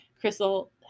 Crystal